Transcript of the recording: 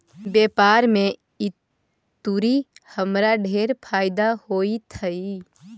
व्यापार में ई तुरी हमरा ढेर फयदा होइत हई